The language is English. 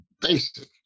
basic